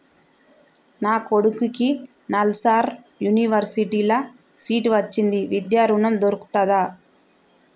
నా కొడుకుకి నల్సార్ యూనివర్సిటీ ల సీట్ వచ్చింది విద్య ఋణం దొర్కుతదా?